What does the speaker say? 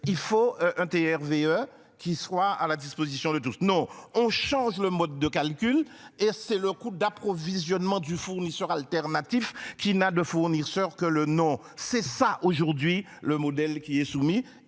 il faut un TRV eux qui soit à la disposition de tous. Non, on change le mode de calcul et c'est le coût d'approvisionnement du fournisseur alternatif qui n'a de fournisseurs que le nom c'est ça aujourd'hui le modèle qui est soumis